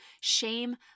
shame